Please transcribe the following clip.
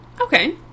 okay